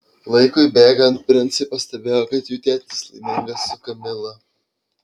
laikui bėgant princai pastebėjo kad jų tėtis laimingas su kamila